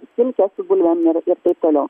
silkė su bulvėm ir ir taip toliau